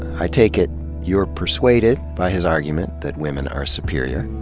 i take it you're persuaded by his argument that women are superior.